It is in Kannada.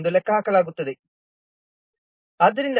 0999 ಎಂದು ಲೆಕ್ಕಹಾಕಲಾಗುತ್ತದೆ